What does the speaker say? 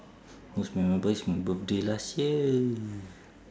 most memorable is my birthday last year